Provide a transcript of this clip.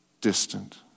distant